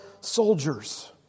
soldiers